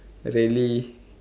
really